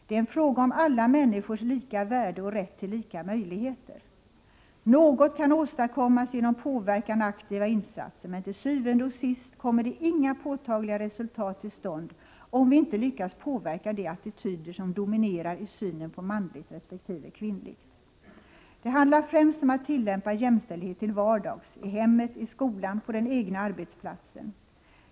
Det är en fråga om alla människors lika värde och rätt till Kvinnornas villkor lika möjligheter: Något kan fstadkömmas genom påverkan Oc aktiva påarbetsmarknainsatser men til syvende og sidst kommer det inga påtagliga resultat till stånd, den mm om vi inte lyckas påverka de attityder som dominerar i synen på manligt resp. kvinnligt. Det handlar främst om att tillämpa jämställdhet till vardags, i hemmet, i skolan, på den egna arbetsplatsen.